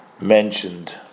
mentioned